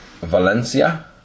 Valencia